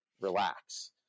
relax